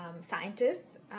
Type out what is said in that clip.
scientists